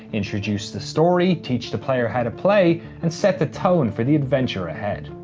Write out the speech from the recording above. introduce the story, teach the player how to play and set the tone for the adventure ahead.